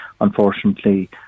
unfortunately